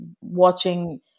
watching